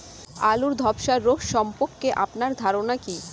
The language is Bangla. আলু ধ্বসা রোগ সম্পর্কে আপনার ধারনা কী?